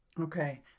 Okay